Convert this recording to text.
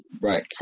Right